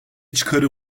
çıkarı